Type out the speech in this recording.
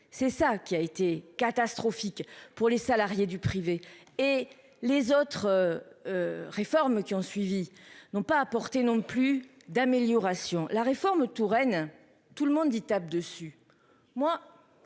c'est ça qui a été catastrophique pour les salariés du privé et les autres. Réformes qui ont suivi n'ont pas apporté non plus d'amélioration. La réforme Touraine tout le monde dit tape dessus